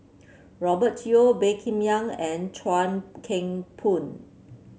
Robert Yeo Baey Yam Keng and Chuan Keng Boon